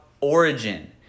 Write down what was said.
origin